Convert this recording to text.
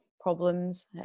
problems